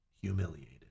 humiliated